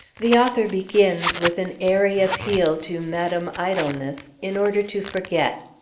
the author begins with an airy appeal to madame idleness in order to forget.